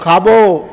खाबो॒